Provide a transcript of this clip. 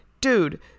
dude